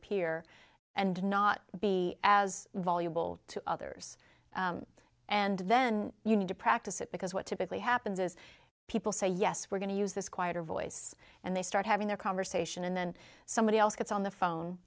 peer and not not be as valuable to others and then you need to practise it because what typically happens is people say yes we're going to use this quieter voice and they start having their conversation and then somebody else gets on the phone